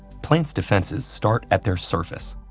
plants' defenses start at their surface.